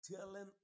telling